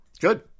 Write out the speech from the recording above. Good